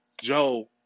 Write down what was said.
Joe